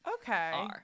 okay